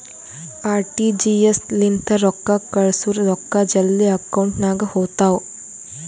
RTGS ಲಿಂತ ರೊಕ್ಕಾ ಕಳ್ಸುರ್ ರೊಕ್ಕಾ ಜಲ್ದಿ ಅಕೌಂಟ್ ನಾಗ್ ಹೋತಾವ್